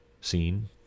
scene